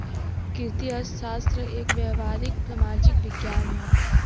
कृषि अर्थशास्त्र एक व्यावहारिक सामाजिक विज्ञान हौ